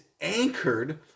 anchored